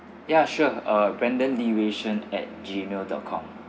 ya sure uh brendan lee wei shen at gmail dot com